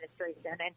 administration